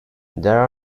there